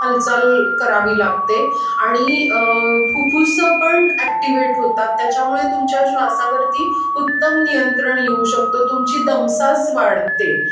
हालाचाल करावी लागते आणि फुफ्फूसं पण ॲक्टिवेट होतात त्याच्यामुळे तुमच्या श्वासावरती उत्तम नियंत्रण येऊ शकतो तुमची दमसास वाढते